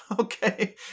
Okay